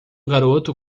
garoto